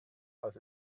als